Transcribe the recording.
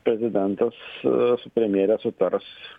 prezidentas su premjere sutars